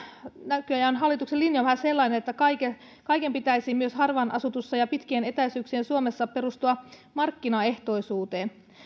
näköjään hallituksen linja on vähän sellainen että kaiken kaiken pitäisi myös harvaan asutussa ja pitkien etäisyyksien suomessa perustua markkinaehtoisuuteen